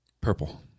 purple